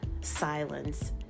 silence